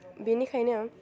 बिनिखायनो